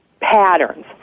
patterns